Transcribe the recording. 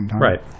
right